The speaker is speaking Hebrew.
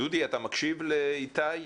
דודי אתה מקשיב לאיתי?